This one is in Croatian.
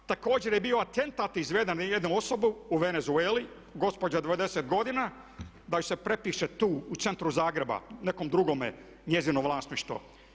Također je bio atentat izveden jedne osobe u Venezueli, gospođa 90 godina da joj se prepiše tu u centru Zagrebu, nekom drugome njezino vlasništvo.